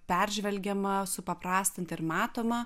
peržvelgiama supaprastinta ir matoma